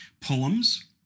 poems